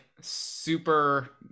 super